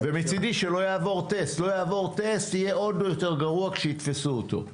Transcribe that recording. מצידי שלא יעבור טסט יהיה עוד יותר גרוע כשיתפסו אותו.